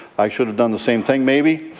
i should have done the same thing, maybe.